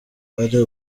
ari